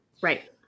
Right